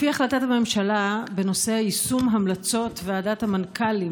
לפי החלטת הממשלה בנושא יישום המלצות ועדת המנכ"לים